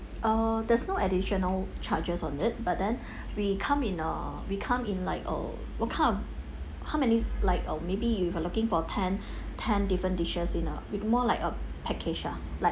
oh there's no additional charges on it but then we come in a we come in like a what kind of how many like a maybe if you're looking for ten ten different dishes in a with more like a package lah